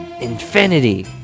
Infinity